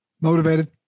Motivated